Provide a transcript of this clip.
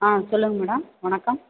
ஆ சொல்லுங்க மேடம் வணக்கம்